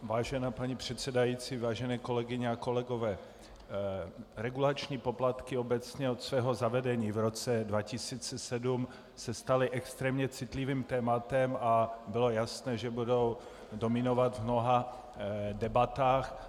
Vážená paní předsedající, vážené kolegyně a kolegové, regulační poplatky obecně od svého zavedení v roce 2007 se staly extrémně citlivým tématem a bylo jasné, že budou dominovat v mnoha debatách.